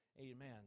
amen